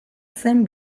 zen